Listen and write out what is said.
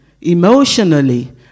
emotionally